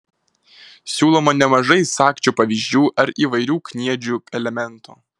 siūloma nemažai sagčių pavyzdžių ar įvairių kniedžių elementų